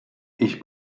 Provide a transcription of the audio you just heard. ich